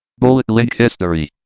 bullet link history.